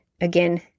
again